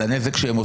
על הנזק שהם עושים.